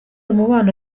umubano